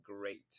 great